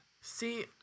See